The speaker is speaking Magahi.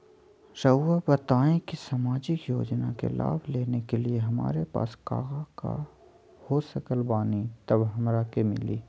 रहुआ बताएं कि सामाजिक योजना के लाभ लेने के लिए हमारे पास काका हो सकल बानी तब हमरा के मिली?